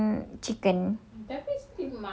promotion chicken